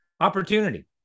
Opportunity